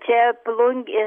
čia plungė